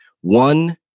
One